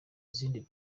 izindi